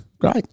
Great